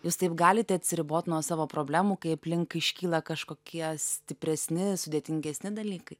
jūs taip galite atsiribot nuo savo problemų kai aplink iškyla kažkokie stipresni sudėtingesni dalykai